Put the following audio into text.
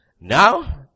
now